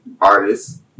artists